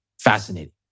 fascinating